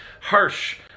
harsh